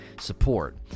support